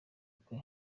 kwe